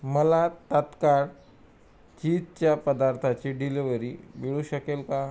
मला तात्काळ चीजच्या पदार्थाची डिलिव्हरी मिळू शकेल का